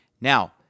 Now